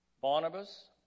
Barnabas